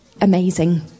amazing